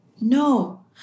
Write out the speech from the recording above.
No